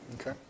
Okay